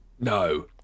No